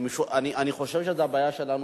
אני חושב שזה הבעיה שלנו,